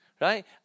Right